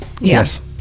yes